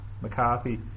McCarthy